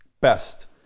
best